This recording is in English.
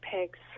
pigs